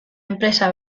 enpresa